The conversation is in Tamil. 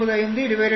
075 0